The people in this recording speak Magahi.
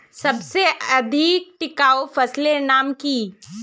सबसे अधिक टिकाऊ फसलेर नाम की?